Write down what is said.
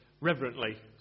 reverently